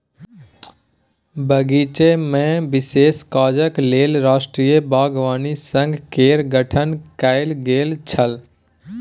बगीचामे विशेष काजक लेल राष्ट्रीय बागवानी संघ केर गठन कैल गेल छल